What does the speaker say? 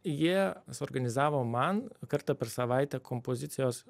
jie suorganizavo man kartą per savaitę kompozicijos